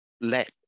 let